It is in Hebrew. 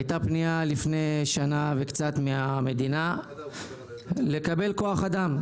הייתה פנייה לפני כשנה מהמדינה לקבל כוח אדם.